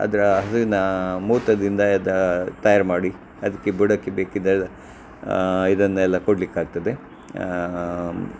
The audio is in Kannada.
ಅದರ ಹಸುವಿನ ಮೂತ್ರದಿಂದ ಯದಾ ತಯಾರು ಮಾಡಿ ಅದಕ್ಕೆ ಬುಡಕ್ಕೆ ಬೇಕಿದ್ದ ಇದನ್ನೆಲ್ಲ ಕೊಡಲಿಕ್ಕಾಗ್ತದೆ